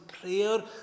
prayer